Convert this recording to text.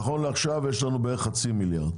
נכון לעכשיו יש לנו בערך חצי מיליארד.